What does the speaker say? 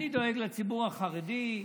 אני דואג לציבור החרדי,